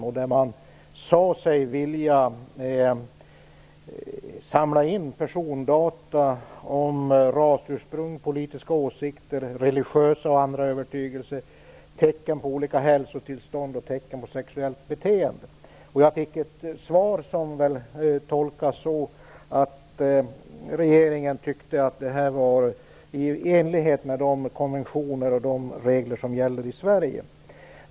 Där sade man sig vilja samla in persondata om rasursprung, politiska åsikter, religiösa och andra övertygelser, tecken på olika hälsotillstånd och tecken på sexuellt beteende. Jag fick ett svar som kan tolkas som att regeringen tyckte att detta var i enlighet med de konventioner och regler som gäller i Sverige.